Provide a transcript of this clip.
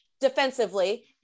defensively